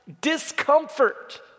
discomfort